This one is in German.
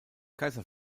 kaiser